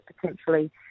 potentially